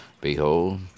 Behold